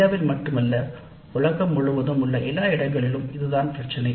இந்தியாவில் மட்டுமல்ல உலகம் முழுவதும் உள்ள எல்லா இடங்களிலும் இதுதான் பிரச்சினை